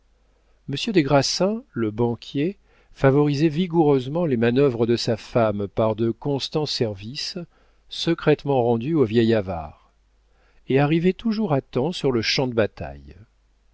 monsieur des grassins le banquier favorisait vigoureusement les manœuvres de sa femme par de constants services secrètement rendus au vieil avare et arrivait toujours à temps sur le champ de bataille